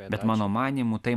bet mano manymu tai